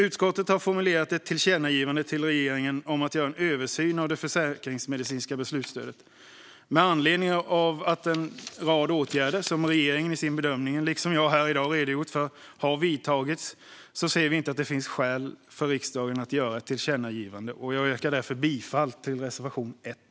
Utskottet har formulerat ett tillkännagivande till regeringen om att göra en översyn av det försäkringsmedicinska beslutsstödet. Med anledning av att en rad åtgärder, som regeringen i sin bedömning liksom jag här i dag har redogjort för, har vidtagits ser vi inte att det finns skäl för riksdagen att göra ett tillkännagivande. Jag yrkar därför bifall till reservation 1.